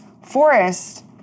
forest